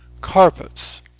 Carpets